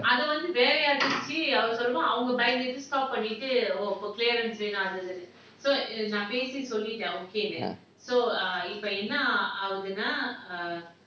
ah